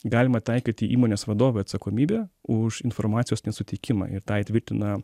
galima taikyti įmonės vadovui atsakomybę už informacijos nesutikimą ir tą įtvirtina